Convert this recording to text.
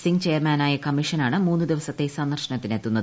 സിംഗ് ചെയർമാനായ കമ്മീഷനാണ് മൂന്ന് ദിവസത്തെ ്സന്ദർശനത്തിന് എത്തുന്നത്